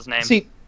See